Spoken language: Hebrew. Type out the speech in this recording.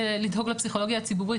לדאוג לפסיכולוגיה הציבורית,